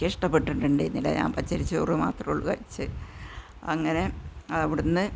എനിക്ക് ഇഷ്ടപ്പെട്ടിട്ടുണ്ടായിരുന്നില്ല ഞാന് പച്ചരി ചോറ് മാത്രം കഴിച്ച് അങ്ങനെ അവിടെ നിന്ന്